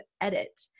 Edit